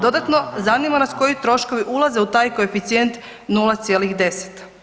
Dodatno, zanima nas koji troškovi ulaze u taj koeficijent 0,10?